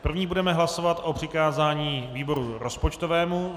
Prvně budeme hlasovat o přikázání výboru rozpočtovému.